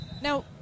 Now